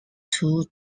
two